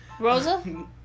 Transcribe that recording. Rosa